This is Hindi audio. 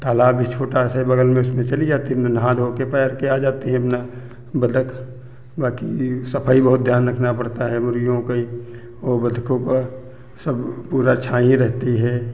तालाब भी छोटा से है बगल में उसमें चली जाती हैं अपना नहा धो के पैर के आ जाती हैं अपना बतख बाकी सफाई बहुत ध्यान रखना पड़ता है मुर्गियों की और बतखों का सब पूरा छाँही रहती है